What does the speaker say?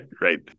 right